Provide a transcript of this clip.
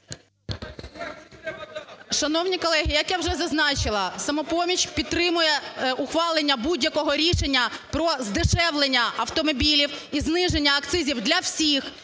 Шановні колеги, як я вже зазначила, "Самопоміч" підтримає ухвалення будь-якого рішення про здешевлення автомобілів і зниження акцизів для всіх